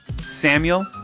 Samuel